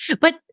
But-